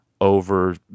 over